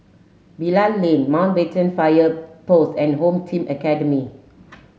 Bilal Lane Mountbatten Fire Post and Home Team Academy